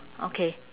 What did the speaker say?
okay